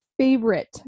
favorite